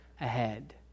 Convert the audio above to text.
ahead